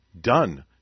Done